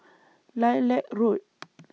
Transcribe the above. Lilac Road